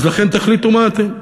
אז לכן תחליטו מה אתם.